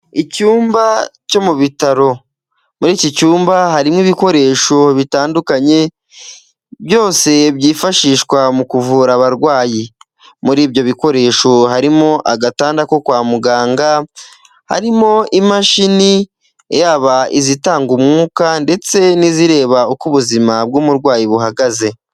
Icyumba cyo mu bitaro muri iki cyumba harimo ibikoresho bitandukanye byose byifashishwa mu kuvura abarwayi, muri ibyo bikoresho harimo agatanda ko kwa muganga harimo imashini yaba, izitanga umwuka ndetse n'izireba uko ubuzima bw'umurwayi buhagaze.